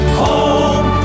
home